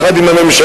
יחד עם הממשלה,